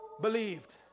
believed